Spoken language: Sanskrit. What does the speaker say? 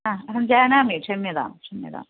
हा अहं जानामि क्षम्यतां क्षम्यताम्